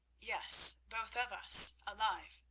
yes, both of us alive,